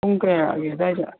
ꯄꯨꯡ ꯀꯌꯥꯒꯤ ꯑꯗꯨꯋꯥꯏꯗ